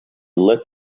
lit